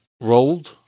rolled